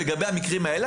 לגבי המקרים האלה,